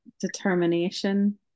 determination